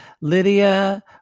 Lydia